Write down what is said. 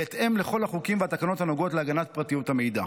בהתאם לכל החוקים והתקנות הנוגעים להגנת פרטיות המידע.